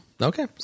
Okay